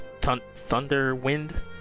Thunderwind